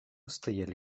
стояли